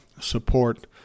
support